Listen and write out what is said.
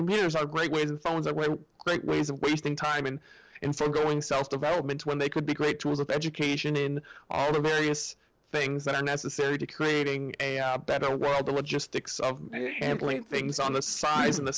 computers are great when phones are well great ways of wasting time and in so going self development when they could be great tools of education in all the various things that are necessary to creating a better world the logistics of handling things on the size of the